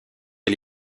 est